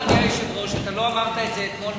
אתה לא אמרת את זה אתמול,